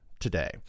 today